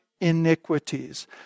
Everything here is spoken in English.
iniquities